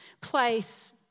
place